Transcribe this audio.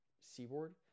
seaboard